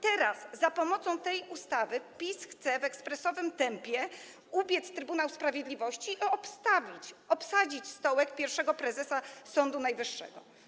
Teraz za pomocą tej ustawy PiS chce w ekspresowym tempie ubiec Trybunał Sprawiedliwości i obstawić, obsadzić stołek pierwszego prezesa Sądu Najwyższego.